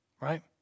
Right